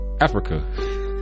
Africa